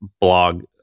blog